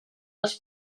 les